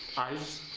eyes.